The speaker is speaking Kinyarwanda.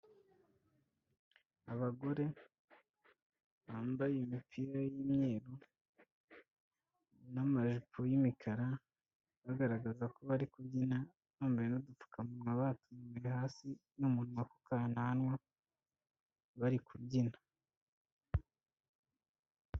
Abagore bambaye imipira y'imyeru n'amajipo y'imikara bagaragaza ko bari kubyina bambaye n'udupfukamunwa batuminuye hasi y'umunwa ku kananwa bari kubyina.